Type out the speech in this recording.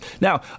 Now